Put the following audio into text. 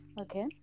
Okay